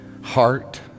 heart